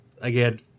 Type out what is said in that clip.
again